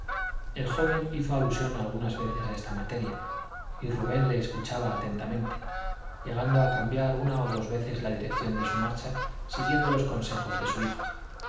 el joven hizo alusión algunas veces a esta materia y rubén le escuchaba atentamente llegando a cambiar una o dos veces la dirección de su marcha siguiendo los consejos de su hijo